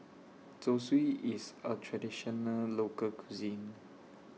Zosui IS A Traditional Local Cuisine